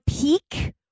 peak